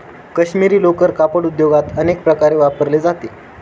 काश्मिरी लोकर कापड उद्योगात अनेक प्रकारे वापरली जाते